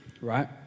Right